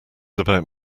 about